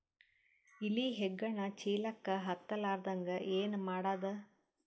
ಇಲಿ ಹೆಗ್ಗಣ ಚೀಲಕ್ಕ ಹತ್ತ ಲಾರದಂಗ ಏನ ಮಾಡದ?